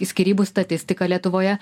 skyrybų statistiką lietuvoje